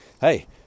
hey